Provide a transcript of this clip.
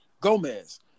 gomez